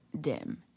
dim